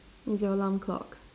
is your alarm clock